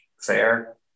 fair